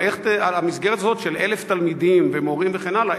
אבל המסגרת הזאת של 1,000 תלמידים ומורים וכן הלאה,